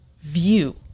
view